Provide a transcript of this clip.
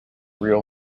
real